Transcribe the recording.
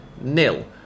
nil